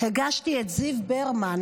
הגשתי את זיו ברמן,